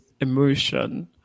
emotion